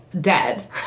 dead